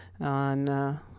on